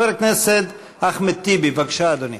חבר הכנסת אחמד טיבי, בבקשה, אדוני.